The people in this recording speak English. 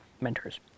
mentors